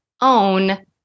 own